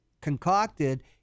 concocted